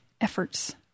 efforts